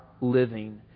living